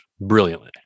brilliantly